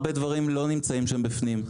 הרבה דברים לא נמצאים שם בפנים,